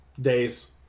days